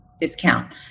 discount